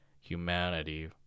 humanity